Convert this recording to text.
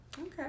Okay